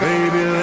Baby